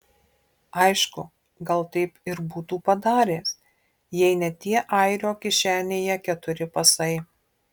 aišku gal taip ir būtų padaręs jei ne tie airio kišenėje keturi pasai